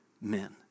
men